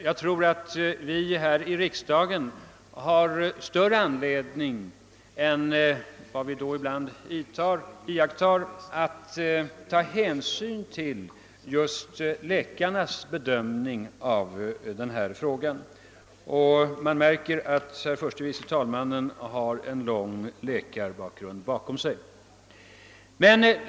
Jag tror att vi här i riksdagen har större anledning än vad vi ibland föreställer oss att ta hänsyn till just läkarnas bedömning av frågor som denna. Man märker att herr förste vice talmannen har en lång läkarbana bakom sig.